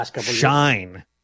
shine